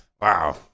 Wow